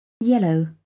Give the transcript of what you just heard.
Yellow